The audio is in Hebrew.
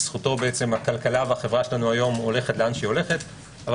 בזכותו הכלכלה והחברה שלנו היום הולכת לאן שהולכת אבל